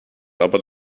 aber